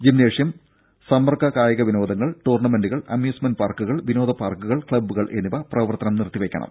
gymnasium സമ്പർക്ക കായിക വിനോദങ്ങൾ ടൂർണമെന്റുകൾ അമ്യൂസ്മെന്റ് പാർക്കുകൾ വിനോദ പാർക്കുകൾ ക്സബ്ബുകൾ എന്നിവ പ്രവർത്തനം നിർത്തിവെക്കണം